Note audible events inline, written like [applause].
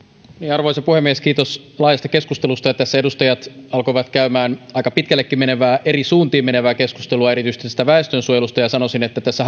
arvoisa puhemies kiitos laajasta keskustelusta tässä edustajat alkoivat käymään aika pitkällekin menevää eri suuntiin menevää keskustelua erityisesti tästä väestönsuojelusta ja sanoisin että tässä [unintelligible]